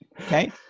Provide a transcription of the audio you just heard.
okay